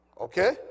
okay